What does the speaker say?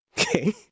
Okay